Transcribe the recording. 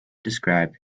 described